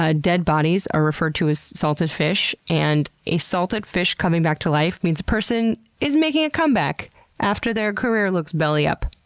dead bodies are referred to as salted fish, and a salted fish coming back to life means a person is making a comeback after their career looks belly up.